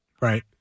Right